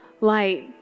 light